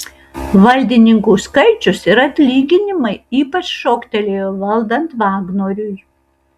valdininkų skaičius ir atlyginimai ypač šoktelėjo valdant vagnoriui